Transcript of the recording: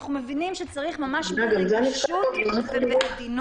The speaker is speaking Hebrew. אז אנחנו מבינים שצריך ממש רגישות ועדינות.